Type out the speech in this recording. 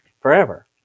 forever